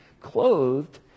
clothed